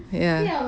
ya